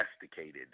domesticated